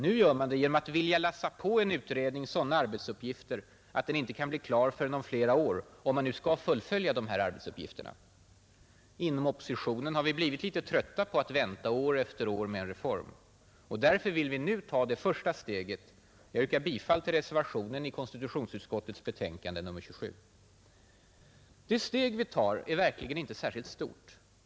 Nu gör man det genom att vilja lassa på en utredning sådana arbetsuppgifter att den inte kan bli klar förrän om flera år — om man skall fullgöra de uppgifterna. Inom oppositionen har vi blivit lite trötta på att vänta år efter år på en reform. Därför vill vi nu ta det första steget, och jag yrkar bifall till reservationen i konstitutionsutskottets betänkande nr 27. Det steg vi tar är verkligen inte särskilt stort.